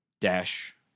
dash